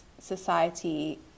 society